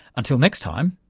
until next time,